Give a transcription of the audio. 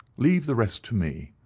leave the rest to me.